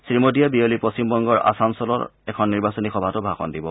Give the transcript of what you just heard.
শ্ৰীমোদীয়ে বিয়লি পশ্চিম বংগৰ আছনছলত এখন নিৰ্বাচনী সভাত ভাষণ দিব